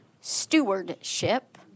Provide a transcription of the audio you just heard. stewardship